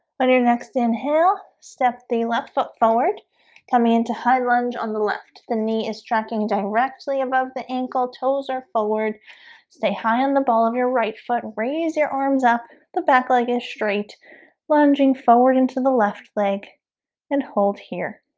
on your next inhale step the left foot forward coming into high lunge on the left. the knee is tracking directly above the ankle toes are forward stay high on the ball of your right foot raise your arms up. the back leg is straight lunging forward into the left leg and hold here